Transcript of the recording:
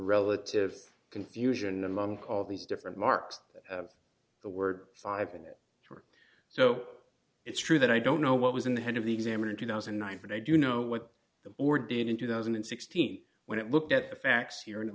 relative confusion among all these different marks of the word five in it so it's true that i don't know what was in the head of the exam in two thousand and nine but i do know what the board did in two thousand and sixteen when it looked at the facts here and